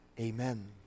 Amen